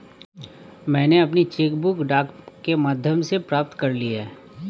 मैनें अपनी cheque book डाक के माध्यम से प्राप्त कर ली है